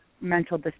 mental